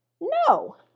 No